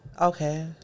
Okay